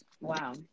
Wow